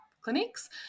clinics